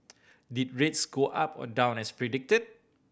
did rates go up or down as predicted